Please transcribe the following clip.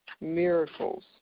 miracles